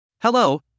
Hello